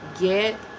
get